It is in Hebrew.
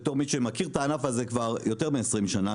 בתור מי שמכיר את הענף הזה כבר יותר מ-20 שנים,